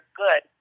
good